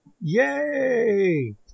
Yay